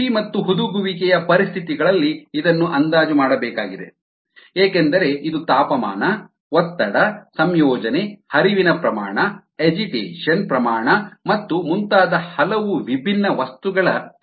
ಕೃಷಿ ಮತ್ತು ಹುದುಗುವಿಕೆಯ ಪರಿಸ್ಥಿತಿಗಳಲ್ಲಿ ಇದನ್ನು ಅಂದಾಜು ಮಾಡಬೇಕಾಗಿದೆ ಏಕೆಂದರೆ ಇದು ತಾಪಮಾನ ಒತ್ತಡ ಸಂಯೋಜನೆ ಹರಿವಿನ ಪ್ರಮಾಣ ಅಜಿಟೇಷನ್ ಪ್ರಮಾಣ ಮತ್ತು ಮುಂತಾದ ಹಲವು ವಿಭಿನ್ನ ವಸ್ತುಗಳ ಕಾರ್ಯವಾಗಿದೆ